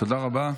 תודה רבה.